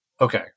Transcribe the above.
Okay